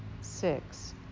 six